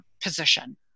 position